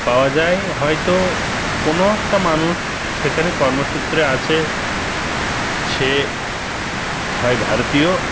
পাওয়া যায় হয় তো কোনো একটা মানুষ সেখানে কর্মসূত্রে আছে সে হয় ভারতীয়